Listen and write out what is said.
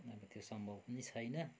त्यो सम्भव नै छैन